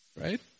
right